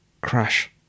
Crash